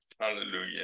hallelujah